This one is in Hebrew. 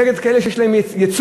נגד כאלה שיש להם ייצוג,